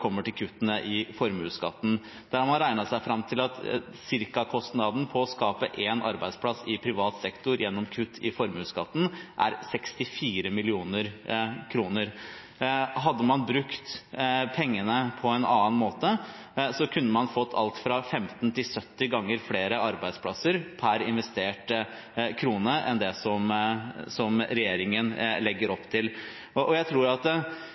kommer til kuttene i formuesskatten. Da har man regnet seg fram til at cirkakostnaden ved å skape én arbeidsplass i privat sektor gjennom kutt i formuesskatten, er 64 mill. kr. Hadde man brukt pengene på en annen måte, kunne man fått alt fra 15 til 70 ganger flere arbeidsplasser per investert krone enn det som regjeringen legger opp til. Jeg tror at